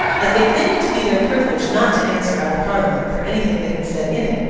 as they claimed it to be their privilege not to answer out of parliament for anything they had said in it,